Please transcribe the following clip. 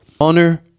Honor